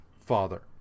father